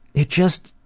it just,